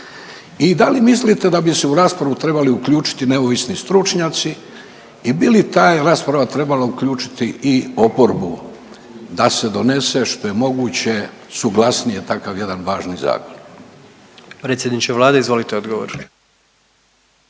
I da li mislite da bi se u raspravu trebali uključiti neovisni stručnjaci i bi li ta rasprava trebala uključiti i oporbu da se donese što je moguće suglasnije takav jedan važni zakon?